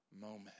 moment